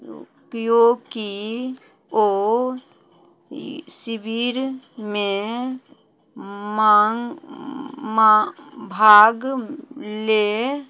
केओ की ओ शिविरमे माँग माँ भाग ले